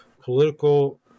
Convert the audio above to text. political